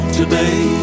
today